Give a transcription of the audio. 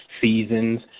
seasons